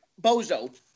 bozo